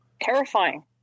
Terrifying